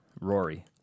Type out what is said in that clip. rory